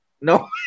No